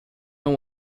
one